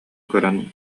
көрөн